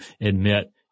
admit